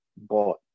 bought